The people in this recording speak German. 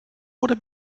oder